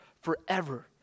forever